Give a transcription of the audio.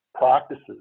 Practices